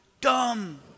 dumb